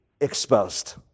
exposed